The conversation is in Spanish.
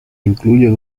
incluyen